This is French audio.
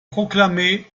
proclamé